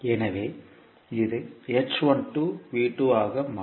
எனவே இது ஆக மாறும்